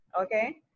okay